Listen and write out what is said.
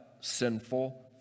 sinful